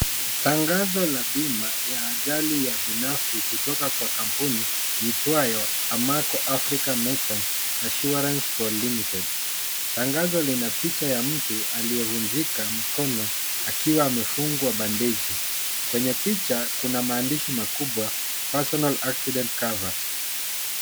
Tangazo la bima ya ajali ya binafsi kutoka kwa kampuni iitwayo AMACO AFRICAN MARCHANT ASDSURANCE CO LIMITED. Tangazo lina picha ya mtu aliyevunjika mkono akiwa amefungwa bandeji . Kwenye picha kuna maandishi makubwa PERSONAL ACCIDENT COVER.